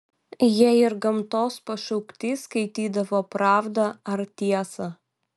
jie ir gamtos pašaukti skaitydavo pravdą ar tiesą